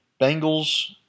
Bengals